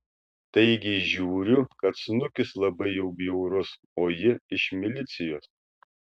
taigi žiūriu kad snukis labai jau bjaurus o ji iš milicijos